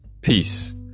peace